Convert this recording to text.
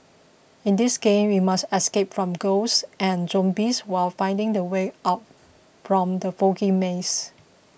in this game you must escape from ghosts and zombies while finding the way out from the foggy maze